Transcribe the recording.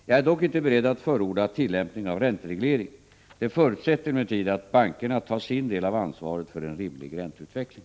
Jag är dock inte beredd att förorda tillämpning av räntereglering. Det förutsätter emellertid att bankerna tar sin del av ansvaret för en rimlig ränteutveckling.